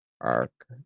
Arc